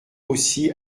aussi